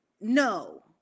no